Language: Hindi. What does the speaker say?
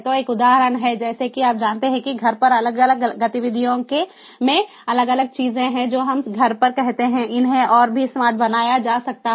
तो यह एक उदाहरण है जैसे कि आप जानते हैं कि घर पर अलग अलग गतिविधियों में अलग अलग चीजें हैं जो हम घर पर करते हैं इन्हें और भी स्मार्ट बनाया जा सकता है